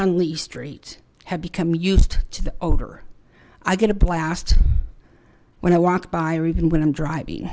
on lease treat have become used to the older i get a blast when i walk by or even when i'm driving